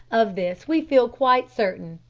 of this we feel quite certain.